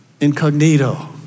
incognito